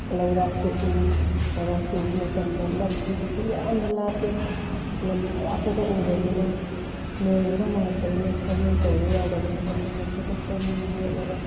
ꯂꯧꯔꯥꯛꯁꯦ ꯎꯏ ꯂꯧꯔꯥꯛꯁꯦ ꯎꯕ ꯃꯇꯝꯗ ꯂꯝꯗꯨꯁꯨ ꯌꯥꯝꯅ ꯂꯥꯞꯄꯦ ꯂꯝ ꯑꯔꯥꯞꯄꯗ ꯎꯕꯅꯤꯅ ꯅꯣꯡꯗꯨꯅ ꯃꯪꯉꯛꯄꯅꯤꯅ ꯈꯥꯎꯌꯩ ꯇꯧꯗ ꯌꯥꯗꯕꯅꯤꯅ ꯑꯩꯅ ꯈꯨꯗꯛꯇ ꯃꯤ ꯅꯦꯛꯂꯒ